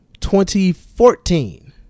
2014